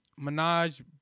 Minaj